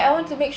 orh